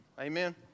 Amen